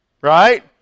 right